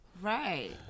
Right